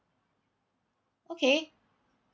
okay